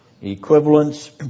Equivalence